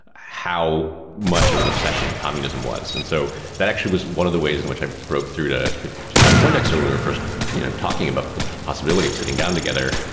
how much of an obsession communism was. and so that actually was one of the ways in which i broke through to to john poindexter when we were first you know talking about but the possibility of sitting down together.